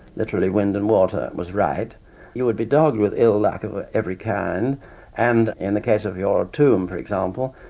literally wind and water, was right you would be dogged with ill-luck of ah every kind and in the case of your tomb, for example,